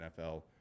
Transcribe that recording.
NFL